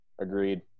Agreed